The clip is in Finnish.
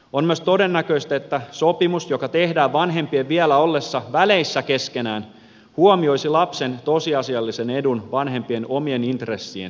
on myös todennäköistä että sopimus joka tehdään vanhempien vielä ollessa väleissä keskenään huomioi lapsen tosiasiallisen edun vanhempien omien intressien sijasta